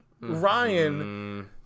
Ryan